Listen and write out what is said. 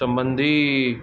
सबंधी